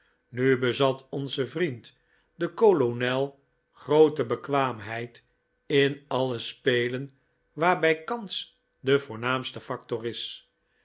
nu bezat onze vriend de kolonel groote bekwaamheid in alle spelen waarbij kans de voornaamste factor is